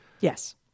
Yes